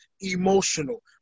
emotional